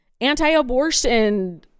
anti-abortion